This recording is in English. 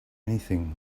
anything